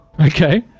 Okay